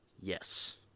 Yes